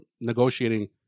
negotiating